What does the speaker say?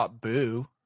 .boo